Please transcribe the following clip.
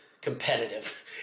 competitive